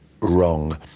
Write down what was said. wrong